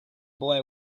boy